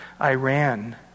Iran